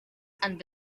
and